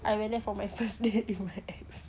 I went there for my first date with my ex